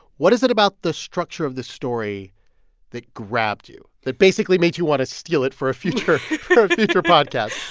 what is it about the structure of this story that grabbed you, that basically made you want to steal it for a future future podcast?